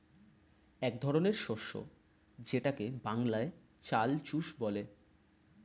এক ধরনের শস্য যেটাকে বাংলায় চাল চুষ বলে